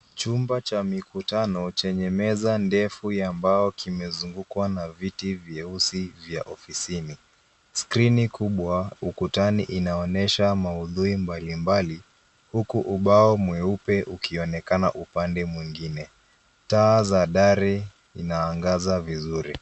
Chumba cha mikutano chenye meza ndefu ya mbao kimezungukwa na viti vyeusi vya ofisini. Skrini kubwa ukutani inaonesha maudhui mbalimbali, huku ubao mweupe ukionekana upande mwingine. Taa za dari inaangaza vizuri.